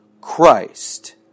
Christ